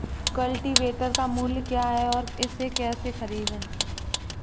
Cultivator का मूल्य क्या है और इसे कैसे खरीदें?